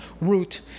route